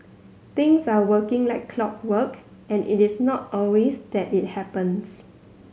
things are working like clockwork and it is not always that it happens